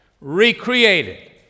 Recreated